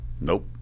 nope